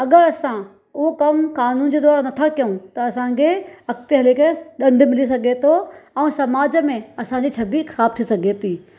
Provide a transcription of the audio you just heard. अॻरि असां को कमु कानून जे द्वारा नथा कयूं त असांखे अॻिते हली करे दंड मिली सघे थो ऐं समाज में असां छवि ख़राबु थी सघे थी